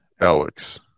alex